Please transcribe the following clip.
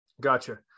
gotcha